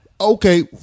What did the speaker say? Okay